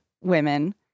women